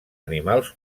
animals